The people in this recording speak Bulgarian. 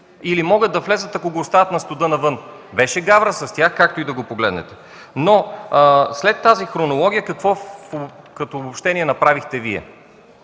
или могат да влязат, ако го оставят на студа навън, това беше гавра с тях, както и да го погледнете. След тази хронология като обобщение какво направихте? Вие